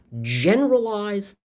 generalized